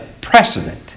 precedent